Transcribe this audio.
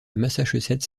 massachusetts